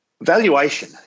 Valuation